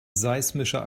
seismischer